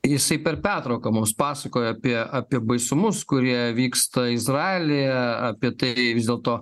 jisai per pertrauką mums pasakojo apie apie baisumus kurie vyksta izraelyje apie tai vis dėlto